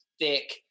thick